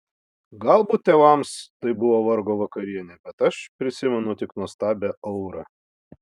galbūt tėvams tai buvo vargo vakarienė bet aš prisimenu tik nuostabią aurą